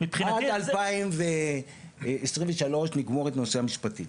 עד 2023 לגמור את הנושא המשפטי,